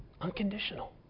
unconditional